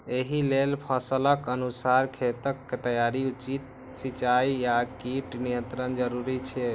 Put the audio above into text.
एहि लेल फसलक अनुसार खेतक तैयारी, उचित सिंचाई आ कीट नियंत्रण जरूरी छै